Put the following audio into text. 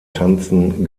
tanzen